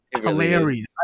hilarious